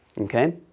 okay